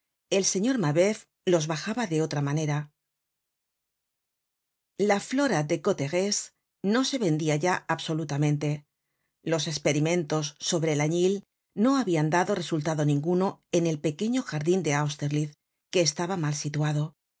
el señor mabeuf los bajaba de otra manera la flora de canter etz no se vendia ya absolutamente los esperimentos sobre el añil no habian dado resultado ninguno en el pequeño jardin de austerlitz que estaba mal situado